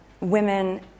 women